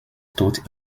tot